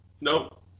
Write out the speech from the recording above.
Nope